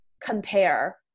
compare